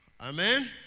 Amen